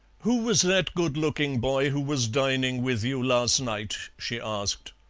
who was that good-looking boy who was dining with you last night? she asked.